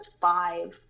five